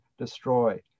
destroy